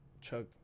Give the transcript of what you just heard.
chug